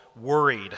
worried